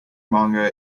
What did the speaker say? manga